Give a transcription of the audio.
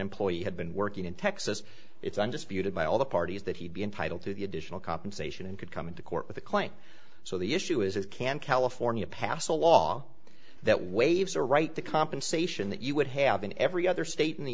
employee had been working in texas it's undisputed by all the parties that he'd be entitled to the additional compensation and could come into court with a claim so the issue is can california pass a law that waves a right to compensation that you would have in every other state in the